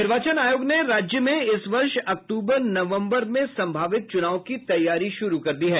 निर्वाचन आयोग ने राज्य में इस वर्ष अक्टूबर नवम्बर में संभावित चुनाव की तैयारी शुरू कर दी है